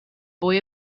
boy